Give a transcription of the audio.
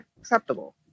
acceptable